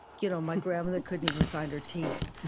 you know my grandmother couldn't even find her teeth.